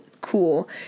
cool